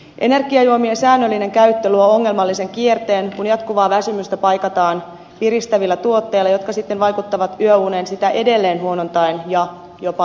energiajuomien säännöllinen käyttö luo ongelmallisen kierteen kun jatkuvaa väsymystä paikataan piristävillä tuotteilla jotka sitten vaikuttavat yöuneen sitä edelleen huonontaen ja jopa lyhentäen